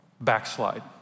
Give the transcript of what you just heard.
backslide